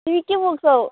तिमी के बोक्छौ